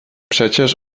przecież